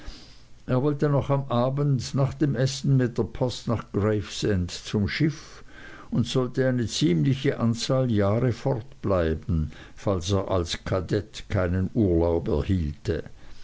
er wollte noch am abend nach dem essen mit der post nach gravesend zum schiff und sollte eine ziemliche anzahl jahre fortbleiben falls er als kadett keinen urlaub erhielte